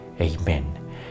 Amen